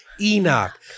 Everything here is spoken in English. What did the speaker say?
Enoch